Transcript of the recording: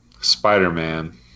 Spider-Man